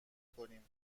کنیم